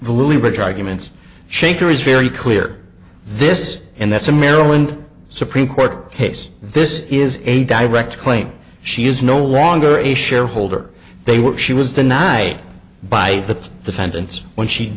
leverage arguments shaker is very clear this and that's a maryland supreme court case this is a direct claim she is no longer a shareholder they were she was the night by the defendant when she